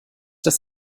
das